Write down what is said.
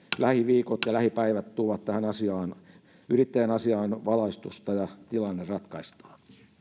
lähiviikot ja lähipäivät tuovat tähän yrittäjän asiaan valaistusta ja tilanne ratkaistaan